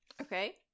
Okay